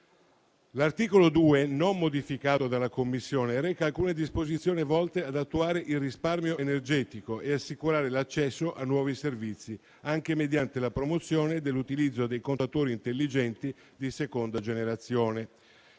L'articolo 2, non modificato dalla Commissione, reca alcune disposizioni volte ad attuare il risparmio energetico e assicurare l'accesso a nuovi servizi, anche mediante la promozione dell'utilizzo dei contatori intelligenti di seconda generazione